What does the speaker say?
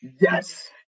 Yes